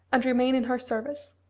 and remain in her service.